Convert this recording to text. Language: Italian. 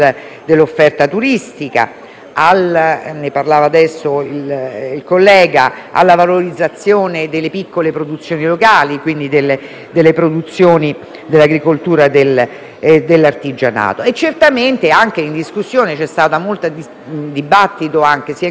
(ne parlava adesso il collega), alla valorizzazione delle piccole produzioni locali e delle produzioni in agricoltura e dell'artigianato. Certamente c'è stato molto dibattito sia in Commissione che qui